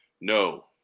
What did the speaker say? No